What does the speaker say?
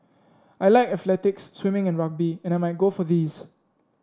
I like athletics swimming and rugby and I might go for these